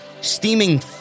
steaming